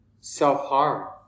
self-harm